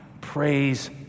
praise